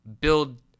build